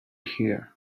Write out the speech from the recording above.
here